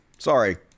sorry